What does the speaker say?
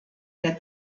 der